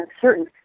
certain